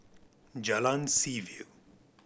Jalan Seaview